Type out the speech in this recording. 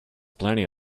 plenty